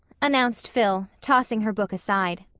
announced phil, tossing her book aside.